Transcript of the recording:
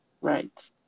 right